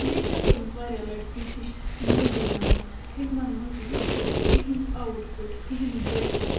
مےٚ تہِ چھا کٔرمٕژ واریاہ لَٹہِ کوٗشِش موٗویٖزَن منٛز فِلمَن منٛز وُچھِتھ تِہٕنٛدۍ آوُٹ فِٹ تِہٕنٛدۍ ڈرٛس